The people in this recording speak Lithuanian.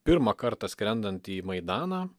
pirmą kartą skrendant į maidaną